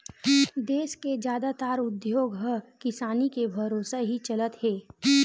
देस के जादातर उद्योग ह किसानी के भरोसा ही चलत हे